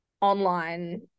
online